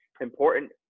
important